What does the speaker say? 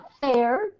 fair